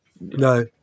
No